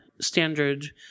standard